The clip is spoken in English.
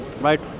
right